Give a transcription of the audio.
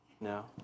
No